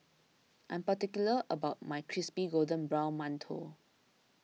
I am particular about my Crispy Golden Brown Mantou